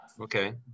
Okay